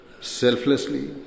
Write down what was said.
selflessly